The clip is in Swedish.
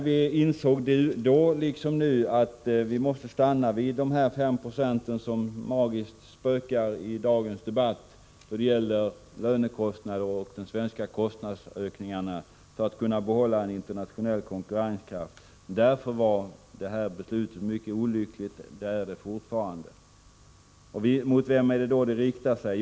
Vi insåg att vi måste stanna vid de magiska 5 96 som spökar även i dagens debatt om lönekostnader och de svenska kostnadsökningarna för att kunna behålla vår internationella konkurrenskraft. Därför var detta beslut mycket olyckligt, och det är det fortfarande. Mot vem är det det riktar sig?